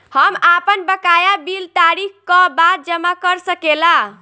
हम आपन बकाया बिल तारीख क बाद जमा कर सकेला?